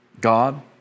God